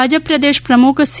ભાજપ પ્રદેશ પ્રમુખ સી